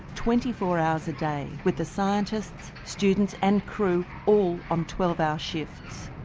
twenty four hours a day, with the scientists, students and crew all on twelve hour shifts.